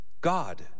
God